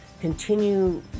continue